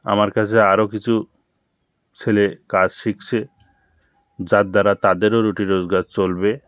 আমার কাছে আরও কিছু ছেলে কাজ শিখছে যার দ্বারা তাদেরও রুটি রোজগার চলবে